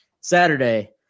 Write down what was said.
Saturday